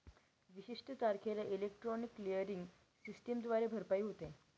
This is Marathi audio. विशिष्ट तारखेला इलेक्ट्रॉनिक क्लिअरिंग सिस्टमद्वारे भरपाई होते